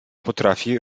potrafi